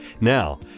Now